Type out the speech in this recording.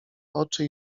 oczy